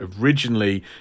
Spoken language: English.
originally